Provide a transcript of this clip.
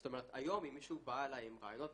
זאת אומרת, היום אם מישהו בא אליי עם רעיונות,